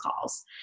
calls